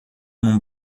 num